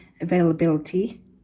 availability